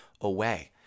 away